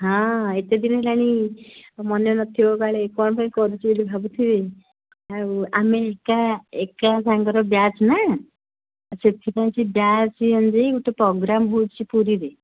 ହଁ ଏତେଦିନ ହେଲାଣି ମନେ ନଥିବ କାଳେ କ'ଣ ପାଇଁ କରୁଛି ବୋଲି ଭାବୁଥିବେ ଆଉ ଆମେ ଏକା ଏକା ସାଙ୍ଗର ବ୍ୟାଚ୍ ନା ସେଥିପାଇଁ ସେ ବ୍ୟାଚ୍ ଅନୁଯାୟୀ ଗୋଟିଏ ପ୍ରୋଗାମ୍ ହେଉଛି ପୁରୀରେ